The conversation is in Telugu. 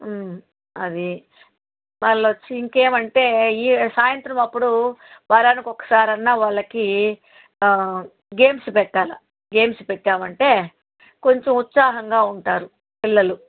అది వాళ్ళొచ్చి ఇంకేమంటే ఈ సాయంత్రం అప్పుడు వారానికి ఒక్కసారైనా వాళ్ళకి గేమ్స్ పెట్టాలి గేమ్స్ పెట్టామంటే కొంచెం ఉత్సాహంగా ఉంటారు పిల్లలు